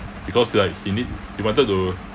because like he need he wanted to